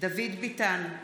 דוד ביטן,